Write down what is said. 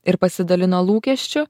ir pasidalina lūkesčiu